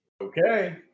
Okay